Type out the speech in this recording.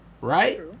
right